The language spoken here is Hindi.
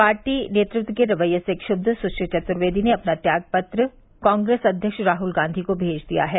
पार्टी नेतृत्व के रवैये से क्षुब्ब सुश्री चतुर्वेदी ने अपना त्याग पत्र कांग्रेस अध्यक्ष राहुल गांधी को भेज दिया है